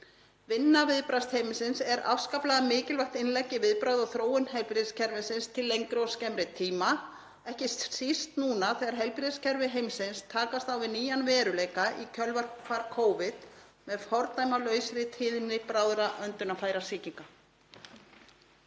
Vinna viðbragðsteymisins er afskaplega mikilvægt innlegg í viðbrögð og þróun heilbrigðiskerfisins til lengri og skemmri tíma, ekki síst núna þegar heilbrigðiskerfi heimsins takast á við nýjan veruleika í kjölfar Covid með fordæmalausri tíðni bráðra öndunarfærasýkinga.